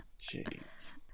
Jeez